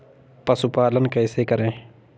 पशुपालन कैसे करें?